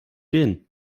gehen